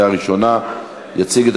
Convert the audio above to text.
עברה ברוב של 21 בעד ואחד נמנע,